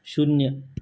शून्य